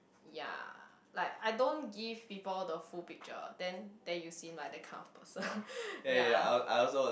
ya like I don't give people the full picture then then you seem like that kind of person ya